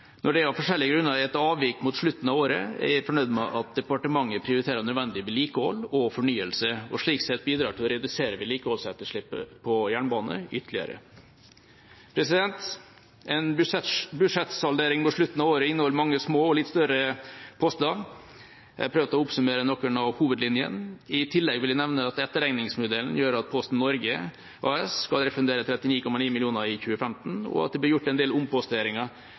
Når det av forskjellige grunner er et avvik mot slutten av året, er jeg fornøyd med at departementet prioriterer nødvendig vedlikehold og fornyelse og slik sett bidrar til å redusere vedlikeholdsetterslepet på jernbane ytterligere. En budsjettsaldering mot slutten av året inneholder mange små og litt større poster. Jeg prøvde å oppsummere noen av hovedlinjene. I tillegg vil jeg nevne at etterregningsmodellen gjør at Posten Norge AS skal refundere 39,9 mill. kr i 2015, og at det blir gjort en del omposteringer